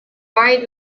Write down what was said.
ride